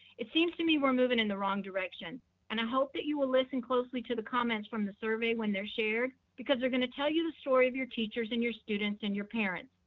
it seems to me were moving in the wrong direction and i hope that you will listen closely to the comments from the survey when they're shared because they're gonna tell you the story of your teachers and your students and your parents,